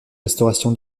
restauration